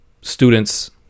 students